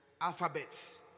alphabets